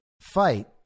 fight